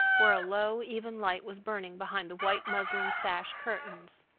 where a low, even light was burning behind the white muslin sash curtains.